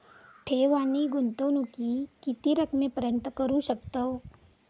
ठेव आणि गुंतवणूकी किती रकमेपर्यंत करू शकतव?